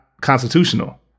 constitutional